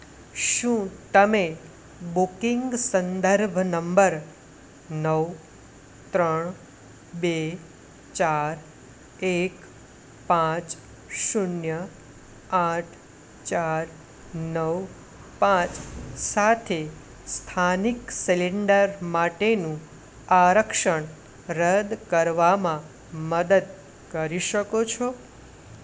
શું તમે બુકિંગ સંદર્ભ નંબર નવ ત્રણ બે ચાર એક પાંચ શૂન્ય આઠ ચાર નવ પાંચ સાથે સ્થાનિક સિલિન્ડર માટેનું આરક્ષણ રદ કરવામાં મદદ કરી શકો છો